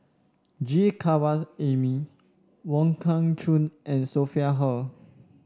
G Kandasamy Wong Kah Chun and Sophia Hull